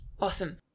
Awesome